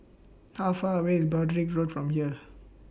How Far away IS Broadrick Road from here